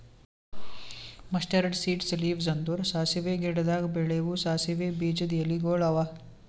mustard seeds leaves ಅಂದುರ್ ಸಾಸಿವೆ ಗಿಡದಾಗ್ ಬೆಳೆವು ಸಾಸಿವೆ ಬೀಜದ ಎಲಿಗೊಳ್ ಅವಾ